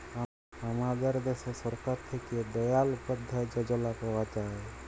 আমাদের দ্যাশে সরকার থ্যাকে দয়াল উপাদ্ধায় যজলা পাওয়া যায়